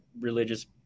religious